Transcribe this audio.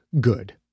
good